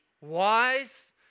wise